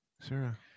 Sarah